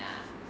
ya